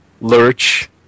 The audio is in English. Lurch